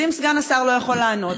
אז אם סגן השר לא יכול לענות,